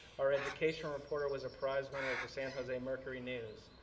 our education reporter was a prize winner at the san jose mercury news.